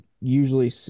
usually